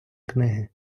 книги